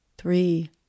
Three